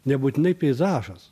nebūtinai peizažas